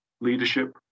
leadership